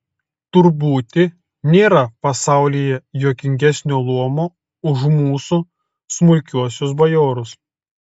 tur būti nėra pasaulyje juokingesnio luomo už mūsų smulkiuosius bajorus